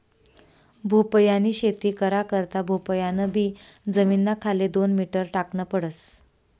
भोपयानी शेती करा करता भोपयान बी जमीनना खाले दोन मीटर टाकन पडस